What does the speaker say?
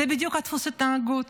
זה בדיוק דפוס ההתנהגות.